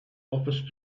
office